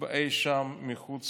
אי שם מחוץ